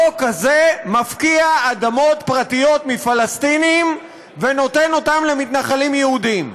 החוק הזה מפקיע אדמות פרטיות מפלסטינים ונותן אותן למתנחלים יהודים.